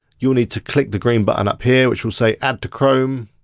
you'll need to click the green button up here which will say add to chrome.